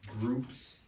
groups